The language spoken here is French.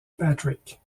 patrick